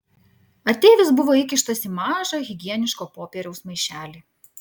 ateivis buvo įkištas į mažą higieniško popieriaus maišelį